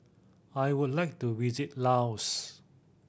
I would like to visit Laos